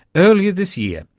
earlier this year,